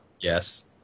Yes